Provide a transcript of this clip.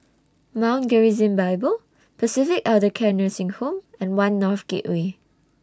Mount Gerizim Bible Pacific Elder Care Nursing Home and one North Gateway